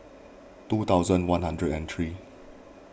two thousand one hundred and three